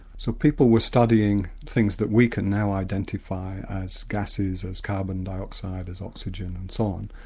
so people were studying things that we can now identify as gases, as carbondioxide, as oxygen, and so on.